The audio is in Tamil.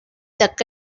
தக்க